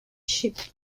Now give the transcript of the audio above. ship